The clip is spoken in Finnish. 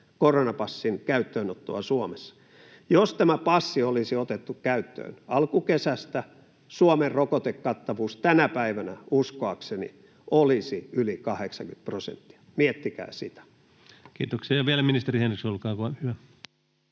koronapassin käyttöönottoa Suomessa. Jos tämä passi olisi otettu käyttöön alkukesästä, Suomen rokotekattavuus tänä päivänä olisi uskoakseni yli 80 prosenttia. Miettikää sitä. Kiitoksia. — Ja vielä ministeri Henriksson, olkaa hyvä.